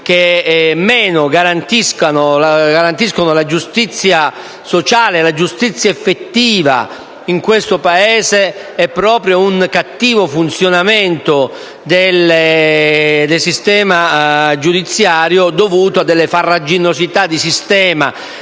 che meno garantiscono la giustizia sociale e la giustizia effettiva in questo Paese è proprio il cattivo funzionamento del sistema giudiziario, dovuto alle sue farraginosità e ad